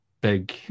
big